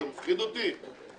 מה, אתה מפחיד אותי?